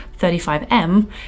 35M